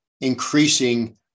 increasing